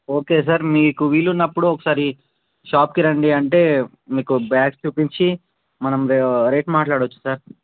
okay sir మీకు వీలు ఉన్నప్పుడు ఒకసారి షాప్కి రండి అంటే మీకు బ్యాగ్స్ చూపించి మనం రేట్ మాట్లాడవచ్చు సార్